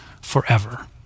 forever